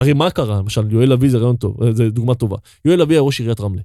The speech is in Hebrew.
הרי מה קרה, למשל, יואל אבי זה דוגמא טובה, יואל אבי היה ראש עיריית רמלה.